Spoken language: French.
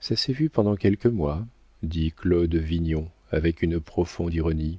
ça s'est vu pendant quelques mois dit claude vignon avec une profonde ironie